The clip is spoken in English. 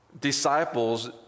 Disciples